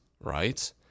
right